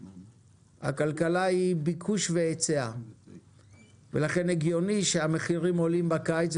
הכלכלה היא ביקוש והיצע ולכן הגיוני שהמחירים עולים בקיץ,